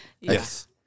Yes